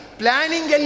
planning